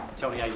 tony.